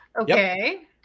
Okay